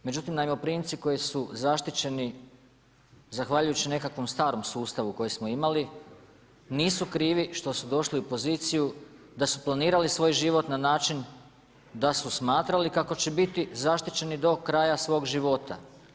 Međutim, najmoprimci koji su zaštićeni zahvaljujući nekakvom starom sustavu koji smo imali, nisu krivi što su došli u poziciju da su planirali svoj život na način da su smatrali kako će biti zaštićeni do kraja svog života.